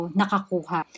nakakuha